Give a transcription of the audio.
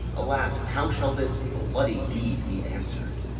alas, how shall this bloody deed be answer'd?